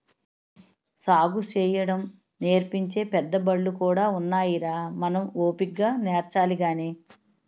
సాగుసేయడం నేర్పించే పెద్దబళ్ళు కూడా ఉన్నాయిరా మనం ఓపిగ్గా నేర్చాలి గాని